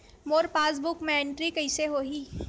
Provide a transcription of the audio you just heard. मोर passbook मा entry कइसे होही?